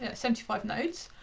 ah seventy five nodes.